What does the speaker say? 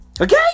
Okay